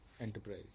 enterprise